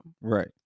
Right